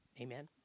Amen